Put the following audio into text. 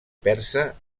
persa